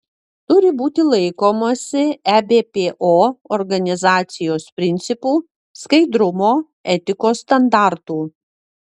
turi būti laikomasi ebpo organizacijos principų skaidrumo etikos standartų